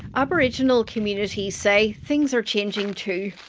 aboriginal communities say things are changing too.